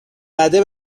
بده